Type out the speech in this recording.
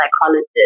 psychologist